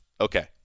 Okay